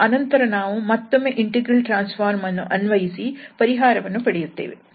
ಆನಂತರ ನಾವು ಮತ್ತೊಮ್ಮೆ ಇಂಟೆಗ್ರಲ್ ಟ್ರಾನ್ಸ್ ಫಾರ್ಮ್ ಅನ್ನು ಅನ್ವಯಿಸಿ ಪರಿಹಾರವನ್ನು ಪಡೆಯುತ್ತೇವೆ